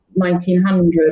1900